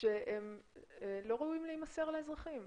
שהם לא ראויים להימסר לאזרחים.